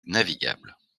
navigables